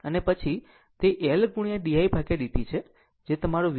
અને પછી તે L ગુણ્યા di dt છે જે તમારું VL